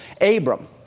Abram